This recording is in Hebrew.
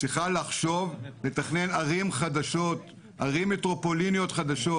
לתכנן ערים חדשים,